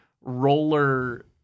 roller